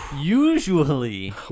Usually